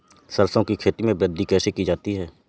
सरसो की खेती में वृद्धि कैसे की जाती है?